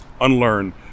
Unlearn